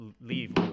leave